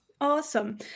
Awesome